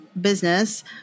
business